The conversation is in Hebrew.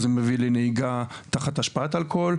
זה מביא לנהיגה תחת השפעת אלכוהול,